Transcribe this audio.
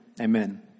Amen